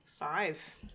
Five